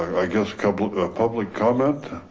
i guess, a couple, public comment.